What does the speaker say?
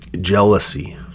jealousy